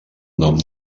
nom